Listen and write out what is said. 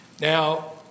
Now